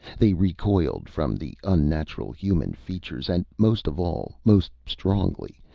they recoiled from the unnatural human features, and most of all, most strongly,